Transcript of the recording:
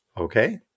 Okay